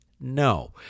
no